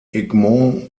egmont